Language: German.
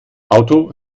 auto